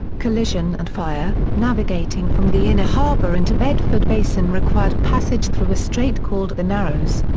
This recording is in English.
collision and fire navigating from the inner harbour into bedford basin required passage through a strait called the narrows.